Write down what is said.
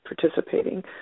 participating